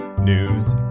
news